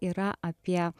yra apie